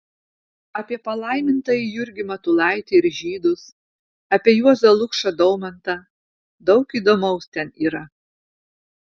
apie palaimintąjį jurgį matulaitį ir žydus apie juozą lukšą daumantą daug įdomaus ten yra